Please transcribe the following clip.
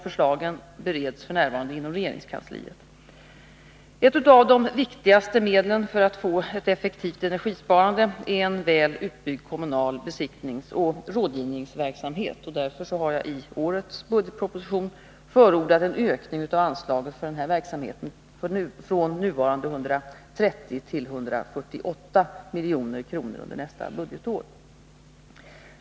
Förslagen bereds f. n. inom regeringskansliet. Ett av de viktigaste medlen för att få ett effektivt energisparande är en väl utbyggd kommunal besiktningsoch rådgivningsverksamhet. Därför har jag i årets budgetproposition förordat en ökning av anslaget för denna verksamhet från nuvarande 130 till 148 milj.kr. under nästa budgetår.